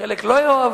חלק לא יאהבו,